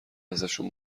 ازشون